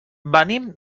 venim